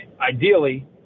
ideally